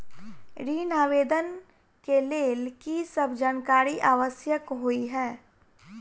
ऋण आवेदन केँ लेल की सब जानकारी आवश्यक होइ है?